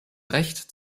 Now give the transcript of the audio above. recht